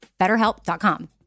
BetterHelp.com